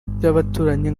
by’abaturanyi